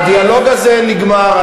הדיאלוג הזה נגמר.